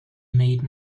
made